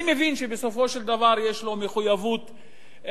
אני מבין שבסופו של דבר יש לו מחויבות פוליטית,